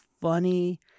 funny